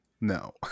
No